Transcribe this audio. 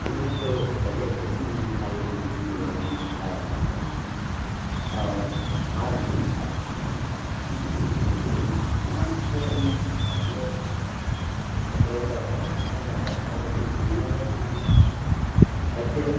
हमने तो पहले से ही नहीं खाई है मछली वगैरह हमने खाया नहीं कभी और आज भी नहीं खाते हैं हम लेकिन माँस तो हम पहले बकरे वगैरह का खाया जाता था लेकिन हमारे यहाँ ऐसे